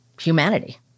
humanity